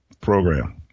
program